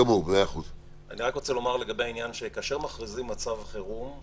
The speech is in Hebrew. אני רק רוצה לומר, כאשר מכריזים מצב חירום,